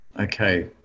okay